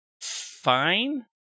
Fine